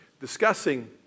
discussing